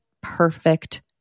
perfect